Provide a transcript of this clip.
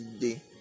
day